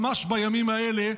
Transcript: ממש בימים האלה,